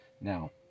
Now